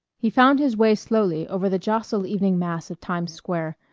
he found his way slowly over the jostled evening mass of times square,